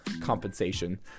compensation